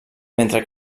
mentre